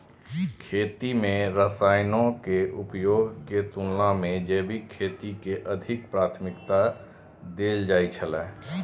खेती में रसायनों के उपयोग के तुलना में जैविक खेती के अधिक प्राथमिकता देल जाय छला